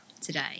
today